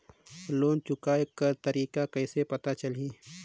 Loan चुकाय कर तारीक कइसे पता चलही?